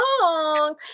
long